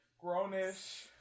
Grown-ish